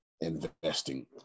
investing